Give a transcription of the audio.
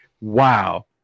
Wow